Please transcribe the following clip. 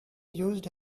used